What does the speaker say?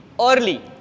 early